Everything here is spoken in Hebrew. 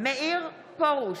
מאיר פרוש,